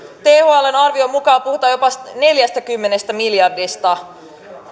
thln arvion mukaan puhutaan jopa neljästäkymmenestä miljardista